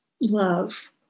love